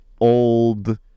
old